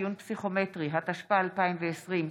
התשפ"א 2020,